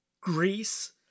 Greece